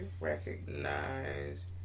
recognize